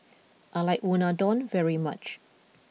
I like Unadon very much